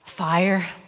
Fire